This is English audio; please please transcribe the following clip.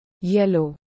Yellow